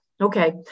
Okay